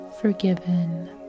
forgiven